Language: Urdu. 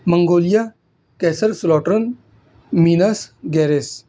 منگولیہ کیسر سلوٹرن مینس گیریس